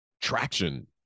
traction